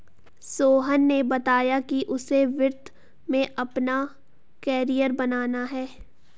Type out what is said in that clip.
सोहन ने बताया कि उसे वित्त में अपना कैरियर बनाना है